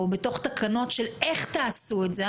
או בתוך תקנות של איך תעשו את זה,